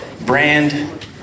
brand